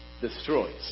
destroys